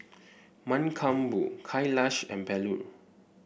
Mankombu Kailash and Bellur